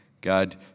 God